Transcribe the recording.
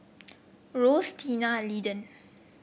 Ross Tina and Linden